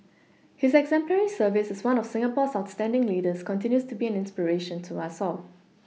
his exemplary service as one of Singapore's outstanding leaders continues to be an inspiration to us all